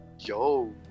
Yo